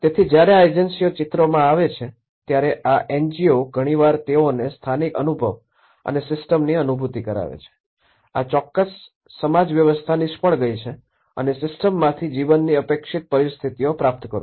તેથી જ્યારે આ એજન્સીઓ ચિત્રમાં આવે છે ત્યારે આ એનજીઓ ઘણી વાર તેઓને સ્થાનિક અનુભવ અને સિસ્ટમની અનુભૂતિ કરાવે છે આ ચોક્કસ સમાજ વ્યવસ્થા નિષ્ફળ ગઈ છે અને સિસ્ટમમાંથી જીવનની અપેક્ષિત પરિસ્થિતિઓ પ્રાપ્ત કરો